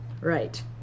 Right